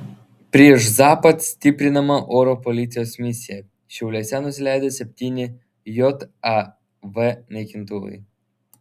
prieš zapad stiprinama oro policijos misija šiauliuose nusileido septyni jav naikintuvai